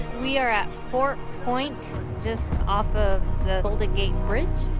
we are at four point just off of the golden gate bridge